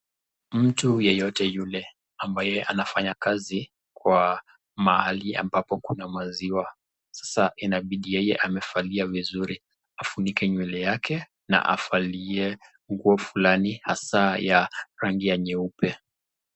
Mtu yeyote yule ambaye anafanya kazi kwa mahali ambapo kuna maziwa sasa inabidi yeye anafagia vizuri, afunike nywele yake na avalie nguo fulani hasa ya rangi ya nyeupe.